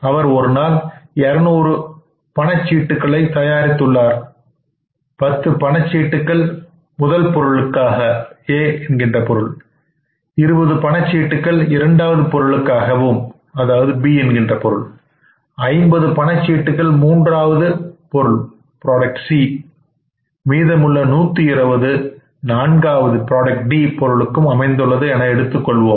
அவர் ஒருநாள் 200 பணச் சீட்டுக்களை தயாரித்துள்ளார் 10 பணச் சீட்டுக்கள் முதல் பொருளுக்காகவும் 20 பணச் சீட்டுக்கள் இரண்டாவது பொருளுக்காகவும் 50 பணச் சீட்டுக்கள் மூன்றாவது பொருள்களாகவும் மீதமுள்ள 120 நான்காவது பொருளுக்கும் அமைந்துள்ளது என எடுத்துக் கொள்வோம்